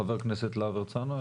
חבר הכנסת להב הרצנו.